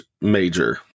major